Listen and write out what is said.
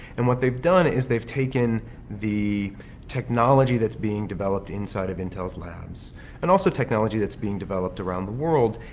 and what they've done is, they've taken the technology that's being developed inside of intel's labs and also technology that's being developed around the world,